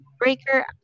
Breaker